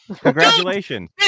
Congratulations